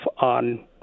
on